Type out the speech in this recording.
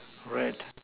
rat